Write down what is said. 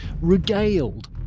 regaled